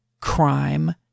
crime